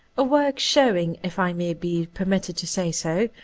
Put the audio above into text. a work showing, if i may be permitted to say so,